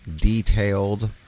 detailed